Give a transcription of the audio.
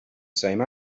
same